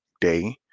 day